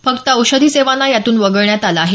फक्त औषधी सेवांना यातून वगळण्यात आलं आहे